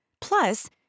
Plus